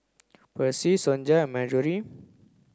Percy Sonja and Marjory